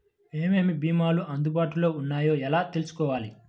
ఏమేమి భీమాలు అందుబాటులో వున్నాయో ఎలా తెలుసుకోవాలి?